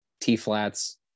T-flats